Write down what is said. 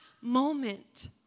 moment